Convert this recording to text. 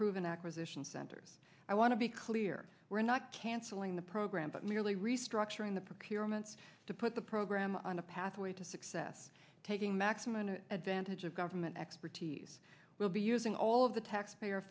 proven acquisition centers i want to be clear we're not canceling the program but merely restructuring the procurements to put the program on a pathway to success taking maximum advantage of government expertise will be using all of the taxpayer